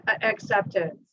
acceptance